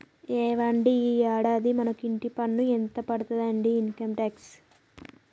ఏవండి ఈ యాడాది మనకు ఇంటి పన్ను ఎంత పడతాదండి ఇన్కమ్ టాక్స్